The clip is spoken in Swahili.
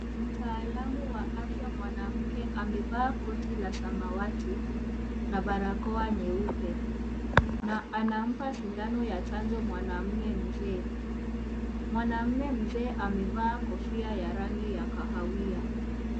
Mtaalamu wa afya mwanamke amevaa koti la samawati na barakoa nyeupe na anampa sindano ya chanjo mwanaume mzee. Mwanaume mzee amevaa kofia ya rangi ya kahawia.